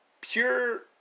pure